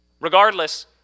Regardless